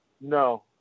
No